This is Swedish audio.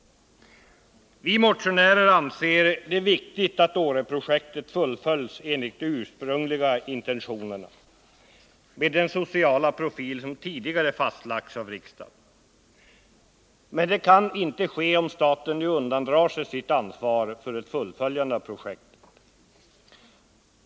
Vi motionärer anser det viktigt att Åreprojektet fullföljs enligt de ursprungliga intentionerna med den sociala profil som tidigare fastlagts av riksdagen. Men det kan inte ske om staten undandrar sig sitt ansvar för ett fullföljande av projektet.